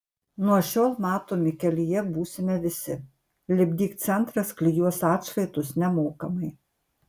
nuo šiol matomi kelyje būsime visi lipdyk centras klijuos atšvaitus nemokamai